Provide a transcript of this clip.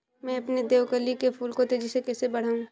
मैं अपने देवकली के फूल को तेजी से कैसे बढाऊं?